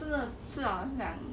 吃了我很想